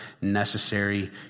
necessary